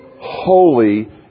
holy